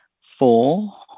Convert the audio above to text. four